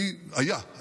היה,